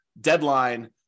deadline